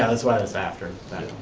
ah that's why that's after that.